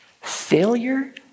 failure